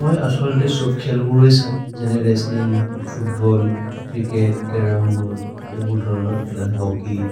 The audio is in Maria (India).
मोइ अस्फल्ति सोब् खेल्मुर् होइ सम्, जने wrestling, football, cricket. Carrom board, एवो धरनत् पेल, होच्केय्,